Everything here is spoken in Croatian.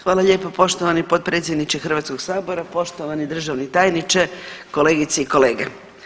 Hvala lijepo poštovani potpredsjedniče Hrvatskoga sabora, poštovani državni tajniče, kolegice i kolege.